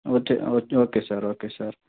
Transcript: okay sir sir okay sir